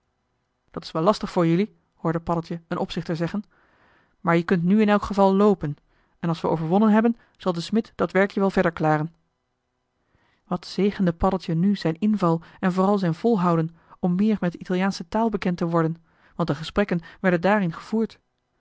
dat is wel lastig voor jelui hoorde paddeltje een opzichter zeggen maar je kunt nu in elk geval loopen en als we overwonnen hebben zal de smid dat werkje wel verder klaren wat zegende paddeltje nu zijn inval en vooral zijn volhouden om meer met de italiaansche taal bekend te worden want de gesprekken werden daarin gevoerd